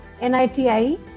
NITIE